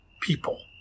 people